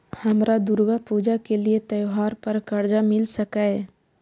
हमरा दुर्गा पूजा के लिए त्योहार पर कर्जा मिल सकय?